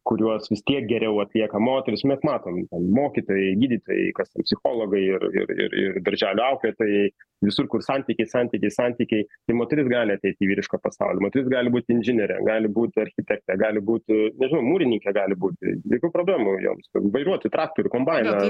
kuriuos vis tiek geriau atlieka moterys mes matom ten mokytojai gydytojai kas psichologai ir ir ir ir darželio auklėtojai visur kur santykiai santykiai santykiai tai moteris gali ateit į vyrišką pasaulį moteris gali būti inžiniere gali būti architekte gali būti nežinau mūrininke gali būti jokių problemų joms vairuoti traktorių kombainą